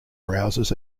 browsers